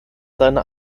seiner